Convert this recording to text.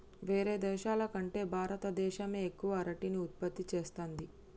వేరే దేశాల కంటే భారత దేశమే ఎక్కువ అరటిని ఉత్పత్తి చేస్తంది